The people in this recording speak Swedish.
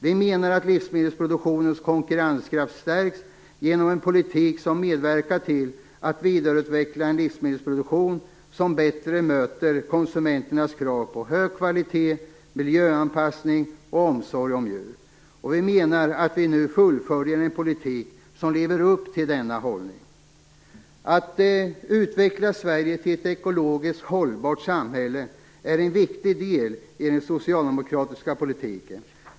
Vi menar att livsmedelsproduktionens konkurrenskraft stärks genom en politik som medverkar till att vidareutveckla en livsmedelsproduktion som bättre möter konsumenternas krav på hög kvalitet, miljöanpassning och omsorg om djur. Vi menar att vi nu fullföljer en politik som lever upp till denna hållning. Att utveckla Sverige till ett ekologiskt hållbart samhälle är en viktig del i den socialdemokratiska politiken.